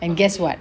and guess what